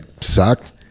sucked